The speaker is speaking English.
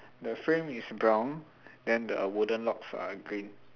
the frame is brown then the wooden logs are green